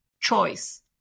choice